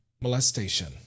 molestation